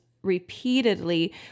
repeatedly